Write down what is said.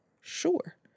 Sure